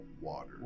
water